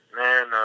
man